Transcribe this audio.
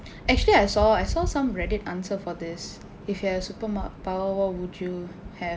actually I saw I saw some Reddit answer for this if you have supermark super power what would you have